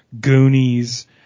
Goonies